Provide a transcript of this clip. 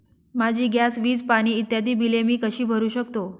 माझी गॅस, वीज, पाणी इत्यादि बिले मी कशी भरु शकतो?